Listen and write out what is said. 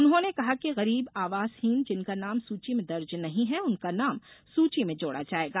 उन्हाने कहा कि गरीब आवासहीन जिनका नाम सूची में दर्ज नहीं है उनका नाम सूची में जोड़ा जायेगा